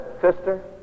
Sister